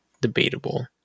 debatable